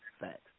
Facts